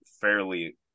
fairly